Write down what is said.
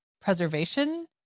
preservation